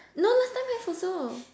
no last time have also